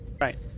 Right